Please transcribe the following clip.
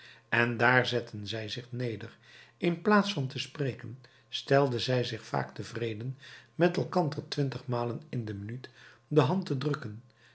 en daar zetten zij zich neder in plaats van te spreken stelden zij zich vaak tevreden met elkander twintigmalen in de minuut de hand te drukken